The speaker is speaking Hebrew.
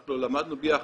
אנחנו למדנו ביחד,